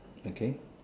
okay